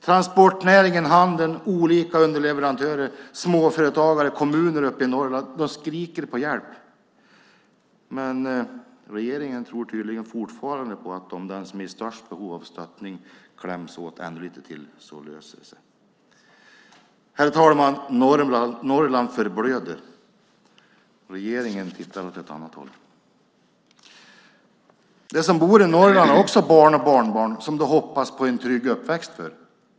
Transportnäringen, handeln, olika underleverantörer, småföretagare och kommuner uppe i Norrland skriker på hjälp. Men regeringen tror tydligen fortfarande att om den som är i störst behov av stöttning kläms åt ännu lite till löser det sig. Herr talman! Norrland förblöder. Regeringen tittar åt ett annat håll. De som bor i Norrland har också barn och barnbarn som de hoppas får en trygg uppväxt.